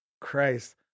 Christ